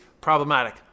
problematic